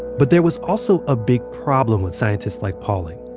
but there was also a big problem with scientists like pauling.